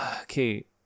okay